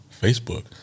Facebook